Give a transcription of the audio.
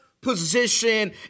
position